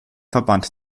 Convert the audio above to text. verband